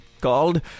called